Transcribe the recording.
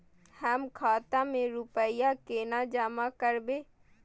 हम खाता में रूपया केना जमा करबे?